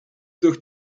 durch